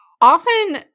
often